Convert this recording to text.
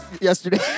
yesterday